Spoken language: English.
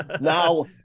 Now